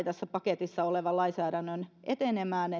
tässä paketissa olevan lainsäädännön etenemään